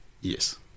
Yes